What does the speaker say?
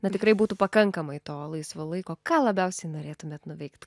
na tikrai būtų pakankamai to laisvo laiko ką labiausiai norėtumėt nuveikt